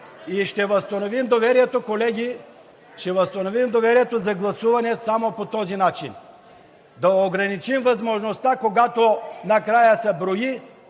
И ще възстановим доверието, колеги, ще възстановим доверието за гласуване само по този начин: да ограничим възможността, когато накрая се брои